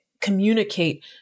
communicate